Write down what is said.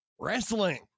wrestling